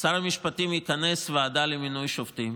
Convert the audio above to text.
שר המשפטים יכנס ועדה למינוי שופטים